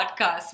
podcast